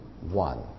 one